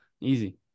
easy